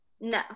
No